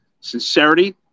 sincerity